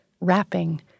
wrapping